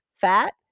fat